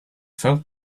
felt